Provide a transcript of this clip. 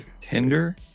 Tender